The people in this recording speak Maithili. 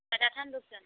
पता छनि रूपचन